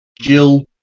Jill